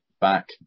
back